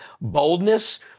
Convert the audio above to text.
boldness